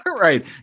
right